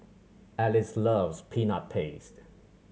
Alice loves Peanut Paste